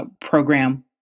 program